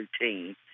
routine